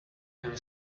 i’m